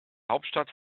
hauptstadt